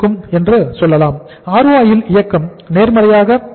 ROI ல் இயக்கம் நேர்மறையாக இருக்கும்